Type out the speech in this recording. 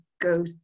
go